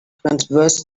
transverse